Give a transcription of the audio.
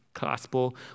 gospel